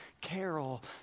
Carol